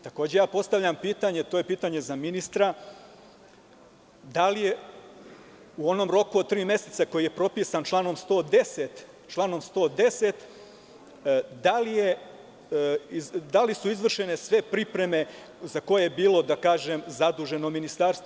Takođe ja postavljam pitanje, to je pitanje za ministra - da li je u onom roku od tri meseca, koji je propisan članom 110, da li su izvršene sve pripreme za koje je bilo, da kažem, zaduženo Ministarstvo?